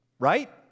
right